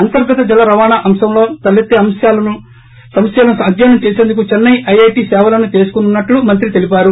అంతర్గత జల రవాణా అంశంలో తలెత్తే సమస్యలను అధ్యయనం చేసిందుకు చెన్నై ఐఐటి సేవలను తీసుకోనున్నట్టు మంత్రి తెలిపారు